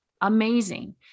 amazing